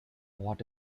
what